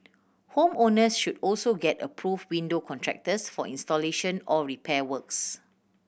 home owners should also get approved window contractors for installation or repair works